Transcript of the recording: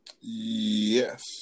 Yes